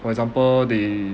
for example they